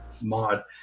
mod